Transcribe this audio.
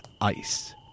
ice